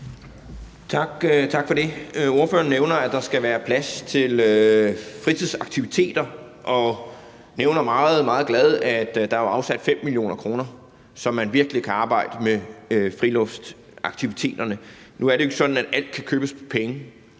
Tak for det. Ordføreren nævner, at der skal være plads til fritidsaktiviteter, og nævner meget, meget glad, at der er afsat 5 mio. kr., så man virkelig kan arbejde med friluftsaktiviteterne. Nu er det jo ikke sådan, at alt kan købes for penge,